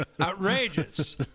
outrageous